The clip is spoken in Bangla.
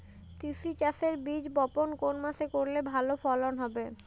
তিসি চাষের বীজ বপন কোন মাসে করলে ভালো ফলন হবে?